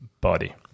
body